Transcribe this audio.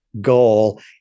goal